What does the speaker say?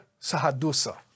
Sahadusa